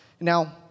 Now